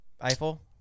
Eiffel